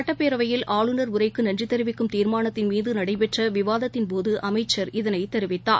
சுட்டப்பேரவையில் ஆளுநர் உரைக்கு நன்றி தெரிவிக்கும் தீர்மானத்தின் மீது நடைபெற்ற விவாதத்தின் போது அமைச்சர் இதனை தெரிவித்தார்